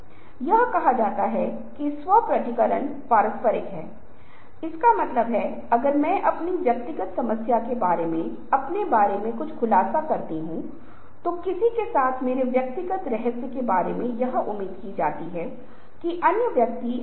तो जिन अंकों को नोट किया गया है जिन अंकों को नीचे लिखा गया है वे अद्वितीय नहीं हैं लेकिन जो लगातार हैं जो चक्रीय हैं जो बार बार वापस आएंगे व्यवहार करेंगे ज्ञान की दिशा में अग्रणी होंगे कि ये चीजें भीतर सार्वभौमिक उद्धरण हैं यह बनी रहती है